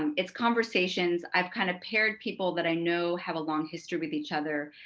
um it's conversations, i've kind of paired people that i know have a long history with each other,